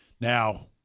Now